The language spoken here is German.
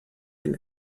den